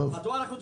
מדוע אנחנו תקועים?